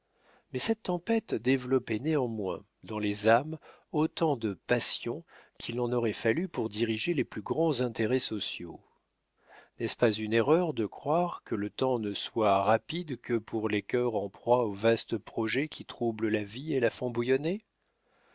mais cette tempête développait néanmoins dans les âmes autant de passions qu'il en aurait fallu pour diriger les plus grands intérêts sociaux n'est-ce pas une erreur de croire que le temps ne soit rapide que pour les cœurs en proie aux vastes projets qui troublent la vie et la font